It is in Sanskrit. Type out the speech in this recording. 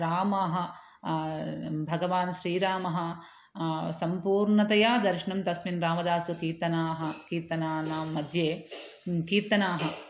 रामः भगवान् श्रीरामः सम्पूर्णतया दर्शनं तस्मिन् रामदासकीर्तनानां कीर्तनानाम्म्ध्ये कीर्तनाः